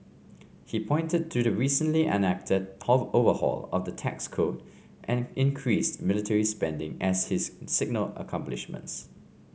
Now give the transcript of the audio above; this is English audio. he pointed to the recently enacted overhaul of the tax code and increased military spending as his signal accomplishments